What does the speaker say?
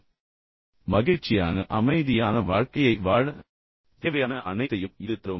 எனவே மிகவும் மகிழ்ச்சியான மற்றும் அமைதியான வாழ்க்கையை வாழ உங்களுக்குத் தேவையான அனைத்தையும் இது கொண்டு வரும்